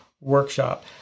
workshop